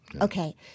Okay